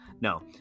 no